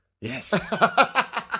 Yes